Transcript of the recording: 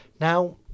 Now